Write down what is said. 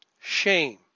shame